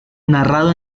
narrado